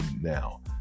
now